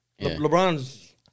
LeBron's